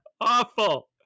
awful